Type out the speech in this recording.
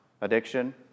Addiction